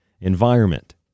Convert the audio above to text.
environment